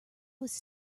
was